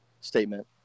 statement